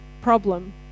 problem